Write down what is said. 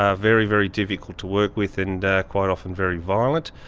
ah very, very difficult to work with, and quite often very violent.